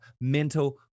mental